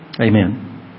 Amen